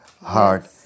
heart